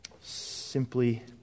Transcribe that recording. Simply